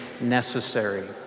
necessary